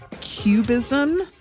Cubism